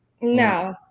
No